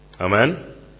Amen